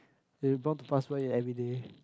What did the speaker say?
they bound to eat everyday